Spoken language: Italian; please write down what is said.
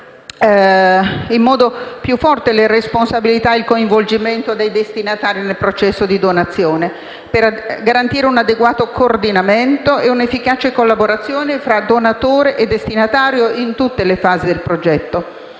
in modo più forte le responsabilità e il coinvolgimento dei destinatari nel processo di donazione, per garantire un adeguato coordinamento e un'efficace collaborazione tra donatore e destinatario in tutte le fasi del processo,